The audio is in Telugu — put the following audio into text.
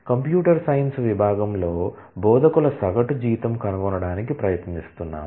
కంప్యూటర్ సైన్స్ విభాగంలో బోధకుల సగటు జీతం కనుగొనడానికి ప్రయత్నిస్తున్నాము